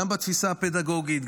גם בתפיסה הפדגוגית,